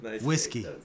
Whiskey